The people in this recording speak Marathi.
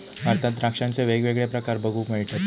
भारतात द्राक्षांचे वेगवेगळे प्रकार बघूक मिळतत